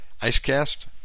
Icecast